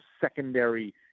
secondary